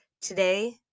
today